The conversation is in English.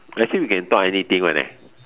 actually we can talk anything one leh